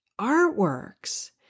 artworks